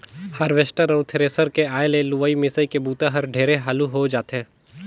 harvester अउ thresher के आए ले लुवई, मिंसई के बूता हर ढेरे हालू हो जाथे